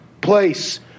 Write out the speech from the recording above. place